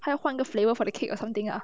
他要换个 flavour for the cake or something ah